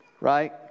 right